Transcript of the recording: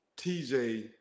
TJ